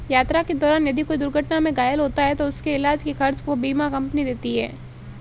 यात्रा के दौरान यदि कोई दुर्घटना में घायल होता है तो उसके इलाज के खर्च को बीमा कम्पनी देती है